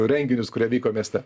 renginius kurie vyko mieste